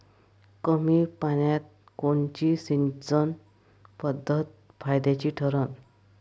कमी पान्यात कोनची सिंचन पद्धत फायद्याची ठरन?